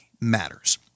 matters